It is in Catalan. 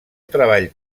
treball